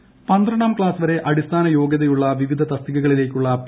C പരീക്ഷ പന്ത്രണ്ടാം class വരെ അടിസ്ഥാന യോഗൃതയുള്ള വിവിധ തസ്തികകളിലേക്കുള്ള പി